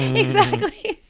exactly.